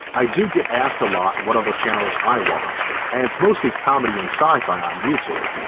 i do get asked a lot what other channels i watch and its mostly comedy and scifi on youtube,